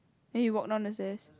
then you walk down the stairs